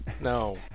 No